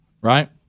right